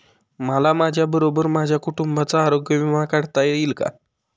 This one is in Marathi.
मला माझ्याबरोबर माझ्या कुटुंबाचा आरोग्य विमा काढता येईल का?